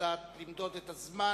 שיודעת למדוד את הזמן.